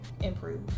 improve